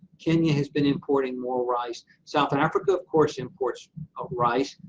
kenya has been importing more rice, south and africa of course imports ah rice,